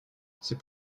c’est